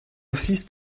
ofis